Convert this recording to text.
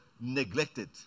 neglected